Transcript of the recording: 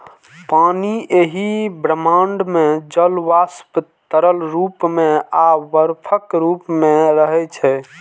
पानि एहि ब्रह्मांड मे जल वाष्प, तरल रूप मे आ बर्फक रूप मे रहै छै